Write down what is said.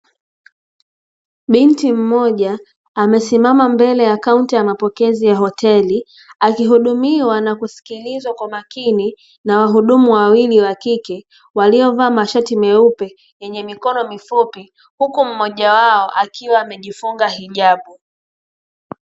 Binti mmoja amesimama mbele ya kaunti ya mapokezi ya hoteli akihudumiwa na kusikilizwa kwa makini na wahudumu wawili wa kike waliovaa mashati meupe yenye mikono mifupi, huku mmoja wao akiwa amejifunga hijabu.